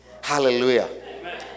Hallelujah